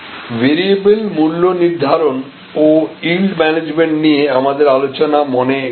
variable মূল্য নির্ধারণ ও ইল্ড ম্যানেজমেন্ট নিয়ে আমাদের আলোচনা মনে করুন